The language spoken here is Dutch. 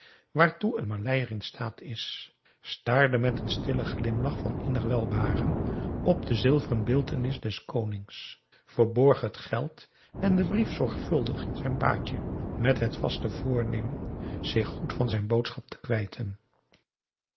waartoe n maleier in staat is staarde met een stillen glimlach van innig welbehagen op de zilveren beeltenis des konings verborg het geld en den brief zorgvuldig in zijn baadje met het vaste voornemen zich goed van zijn boodschap te kwijten